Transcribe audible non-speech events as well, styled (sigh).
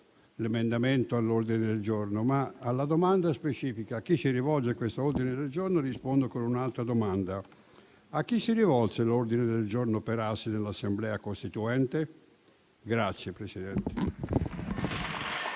l'emendamento all'ordine del giorno, ma, alla domanda specifica, a chi si rivolge questo ordine del giorno, rispondo con un'altra domanda? A chi si rivolse l'ordine del giorno Perassi in Assemblea costituente? (applause)